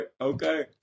okay